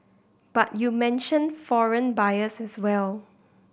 but you mentioned foreign buyers as well